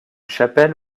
chapelle